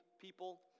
people